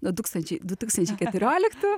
nuo tūkstančiai du tūkstančiai keturioliktų